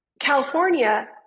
california